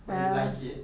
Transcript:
but you like it